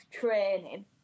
training